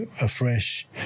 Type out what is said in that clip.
afresh